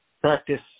practice